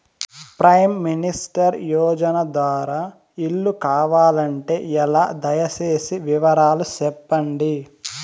Prime minister Yojana ద్వారా ఇల్లు కావాలంటే ఎలా? దయ సేసి వివరాలు సెప్పండి?